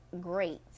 great